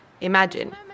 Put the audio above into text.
Imagine